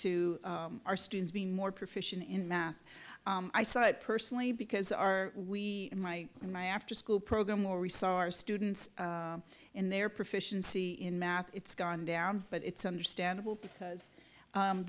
to our students being more proficient in math i saw it personally because our we in my in my after school program where we saw our students in their proficiency in math it's gone down but it's understandable because